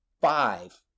five